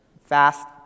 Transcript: fast